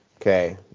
Okay